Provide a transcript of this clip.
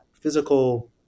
physical